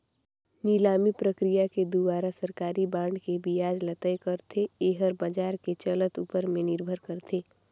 निलामी प्रकिया के दुवारा सरकारी बांड के बियाज ल तय करथे, येहर बाजार के चलत ऊपर में निरभर करथे